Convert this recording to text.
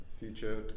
future